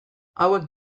hauek